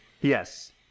Yes